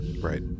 Right